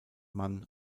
man